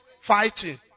fighting